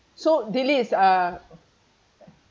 so delys uh